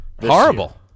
Horrible